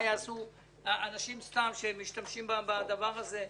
מה יעשו אנשים סתם שמשתמשים בדבר הזה?